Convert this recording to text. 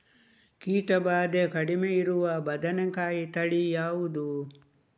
ಕೀಟ ಭಾದೆ ಕಡಿಮೆ ಇರುವ ಬದನೆಕಾಯಿ ತಳಿ ಯಾವುದು?